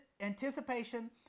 anticipation